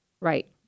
Right